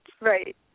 Right